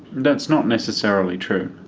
that's not necessarily true.